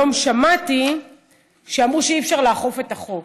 היום שמעתי שאמרו שאי-אפשר לאכוף את החוק.